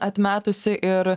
atmetusi ir